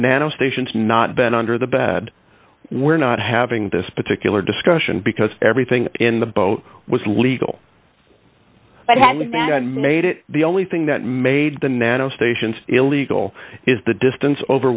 nano stations not been under the bed we're not having this particular discussion because everything in the boat was legal but had been made it the only thing that made the nano stations illegal is the distance over